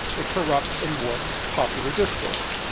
it corrupts and warps popular discourse.